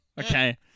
Okay